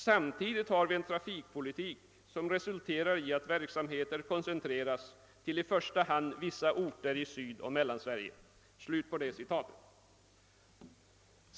Samtidigt har vi en trafikpolitik som resulterar i att verksamheter koncentreras till i första hand vissa orter i Sydoch Mellansverige.» Herr talman!